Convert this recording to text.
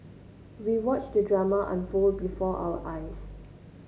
we watched the drama unfold before our eyes